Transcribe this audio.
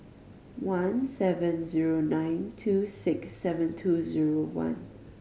one seven zero nine two six seven two zero one